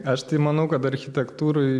aš manau kad architektūroj